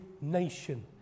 nation